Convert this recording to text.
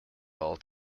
all